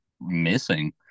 missing